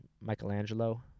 Michelangelo